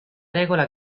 regola